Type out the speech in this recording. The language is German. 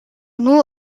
nur